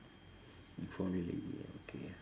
in front of the lady ah okay